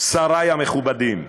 שרי המכובדים,